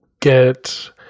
get